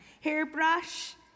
hairbrush